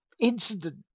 incident